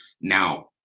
Now